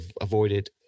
avoided